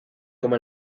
como